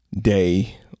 day